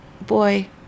boy